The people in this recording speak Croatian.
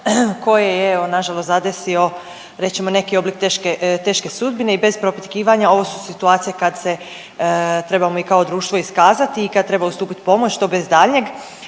koje je evo nažalost zadesio reći ćemo neki oblik teške, teške sudbine i bez propitkivanja ovo su situacije kad se trebamo i kao društvo iskazati i kad treba ustupit pomoć, to bez daljnjeg.